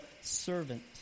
servant